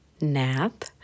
nap